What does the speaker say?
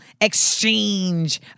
exchange